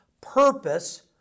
purpose